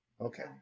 Okay